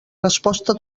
resposta